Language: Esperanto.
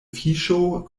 fiŝo